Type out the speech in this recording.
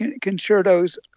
concertos